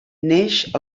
neix